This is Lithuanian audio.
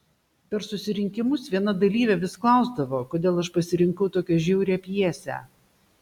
per susirinkimus viena dalyvė vis klausdavo kodėl aš pasirinkau tokią žiaurią pjesę